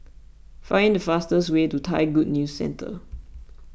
find the fastest way to Thai Good News Centre